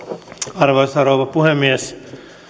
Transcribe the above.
arvoisa rouva puhemies